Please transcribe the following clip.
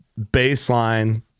baseline